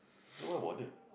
so why bother